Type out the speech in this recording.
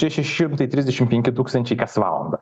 tie še šimtai trisdešim penki tūkstančiai kas valandą